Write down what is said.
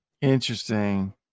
Interesting